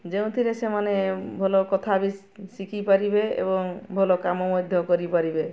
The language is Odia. ଯେଉଁଥିରେ ସେମାନେ ଭଲ କଥା ବି ଶିଖିପାରିବେ ଏବଂ ଭଲ କାମ ମଧ୍ୟ କରିପାରିବେ